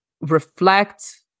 reflect